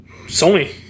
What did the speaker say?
Sony